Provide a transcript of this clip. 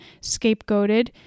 scapegoated